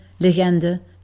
Legende